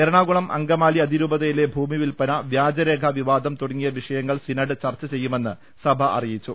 എറണാകുളം അങ്കമാലി അതിരൂപതയിലെ ഭൂമി വിൽപ്പ ന വ്യാജരേഖാവിവാദം തുടങ്ങിയ വിഷയങ്ങൾ സിനഡ് ചർച്ച ചെയ്യുമെന്ന് സഭ അറിയിച്ചു